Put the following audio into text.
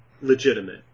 legitimate